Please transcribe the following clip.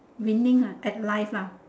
winning ah at life lah